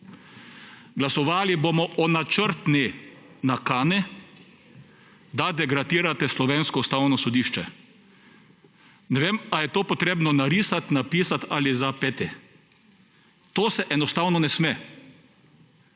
Glasovali bomo o načrtni nakani, da degradirate slovensko Ustavno sodišče. Ne vem, ali je to potrebno narisati, napisati ali zapeti. To se enostavno ne sme.